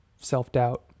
self-doubt